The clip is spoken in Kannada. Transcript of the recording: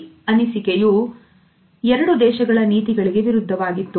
ಈ ಅನಿಸಿಕೆಯು ಎರಡು ದೇಶಗಳ ನೀತಿಗಳಿಗೆ ವಿರುದ್ಧವಾಗಿತ್ತು